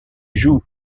joue